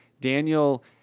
Daniel